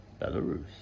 Belarus